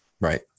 Right